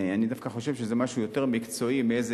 אני דווקא חושב שזה משהו יותר מקצועי מאיזה